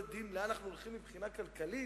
זה לא מתאים לאמות המוסר שלי.